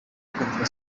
kumvira